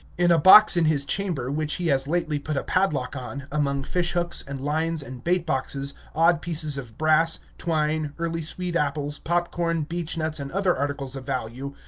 in a box in his chamber, which he has lately put a padlock on, among fishhooks and lines and baitboxes, odd pieces of brass, twine, early sweet apples, pop-corn, beechnuts, and other articles of value,